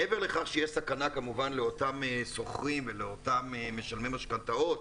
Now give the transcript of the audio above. מעבר לכך שיש סכנה כמובן לאותם שוכרים ולאותם משלמי משכנתאות,